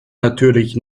natürlich